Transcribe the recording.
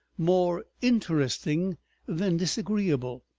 more interesting than disagreeable.